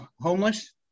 homeless